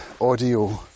audio